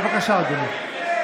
בבקשה, אדוני.